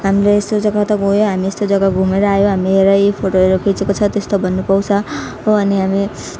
हामीले यस्तो जग्गा त गयो हामीले यस्तो जग्गा घुमेर आयो हामी हेर यी फोटोहरू खिचेको छ त्यस्तो भन्न पाउँछ हो अनि हामी